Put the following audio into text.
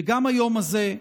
וגם ביום הזה,